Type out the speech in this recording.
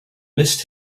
missed